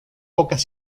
pocas